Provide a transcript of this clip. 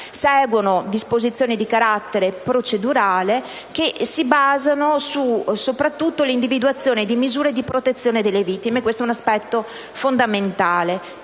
delle disposizioni di carattere procedurale, basate soprattutto sull'individuazione di misure di protezione delle vittime: questo è un aspetto fondamentale,